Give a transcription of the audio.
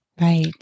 Right